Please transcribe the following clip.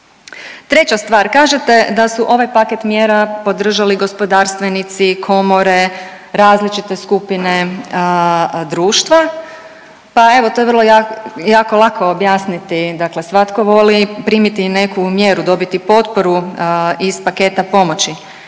Treća stvar, kažete da su ovaj paket mjera podržali gospodarstvenici, komore, različite skupine društva, pa evo to je vrlo lako objasniti, dakle svatko voli primiti i neku mjeru, dobiti potporu iz paketa pomoći.